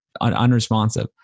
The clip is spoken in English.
unresponsive